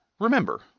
remember